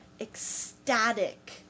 ecstatic